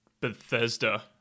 Bethesda